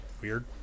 weird